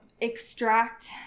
extract